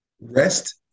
Rest